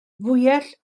fwyell